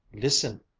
listen!